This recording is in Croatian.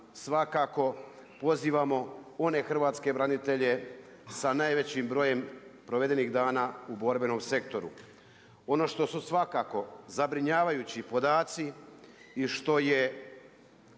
svakako, pozivamo, one hrvatske branitelje, sa najvećim borjem provedenih dana u borbenom sektoru. Ono što su svakako zabrinjavajući podaci i što je